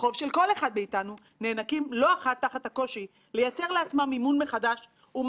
וזה לנסות להשוות את תנאי הפתיחה והיציאה באשראי של נוטלי אשראי גדולים